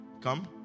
Come